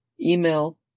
email